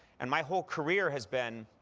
and my whole career has been,